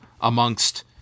amongst